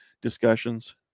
discussions